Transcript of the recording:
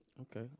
Okay